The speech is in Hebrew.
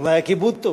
אולי הכיבוד טוב.